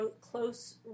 close